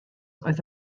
oedd